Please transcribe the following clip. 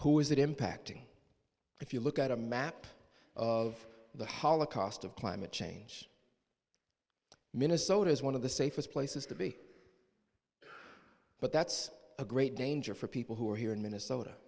who is it impacting if you look at a map of the holocaust of climate change minnesota is one of the safest places to be but that's a great danger for people who are here in minnesota